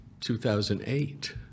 2008